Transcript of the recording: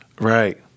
Right